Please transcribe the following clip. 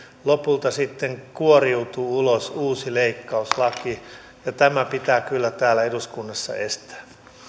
lopulta sitten kuoriutuu ulos uusi leikkauslaki tämä pitää kyllä täällä eduskunnassa estää